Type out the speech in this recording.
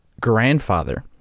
grandfather